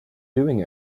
doing